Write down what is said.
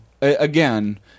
Again